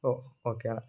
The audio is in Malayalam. ഓ ഓക്കേ ആണല്ലേ